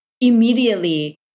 Immediately